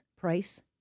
price